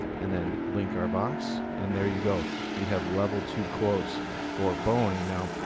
and then link our box. and there you go we have level two quotes for boeing. now,